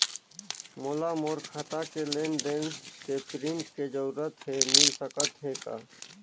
मोला मोर खाता के लेन देन के प्रिंट के जरूरत हे मिल सकत हे का?